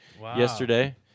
yesterday